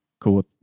cool